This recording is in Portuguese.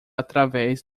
através